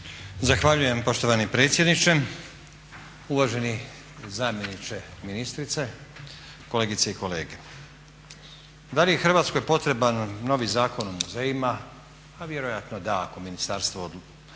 Zahvaljujem poštovani predsjedniče, uvaženi zamjenice ministrice, kolegice i kolege. Da li je Hrvatskoj potreban novi Zakon o muzejima? A vjerojatno da ako ministarstvo